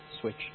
switch